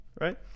right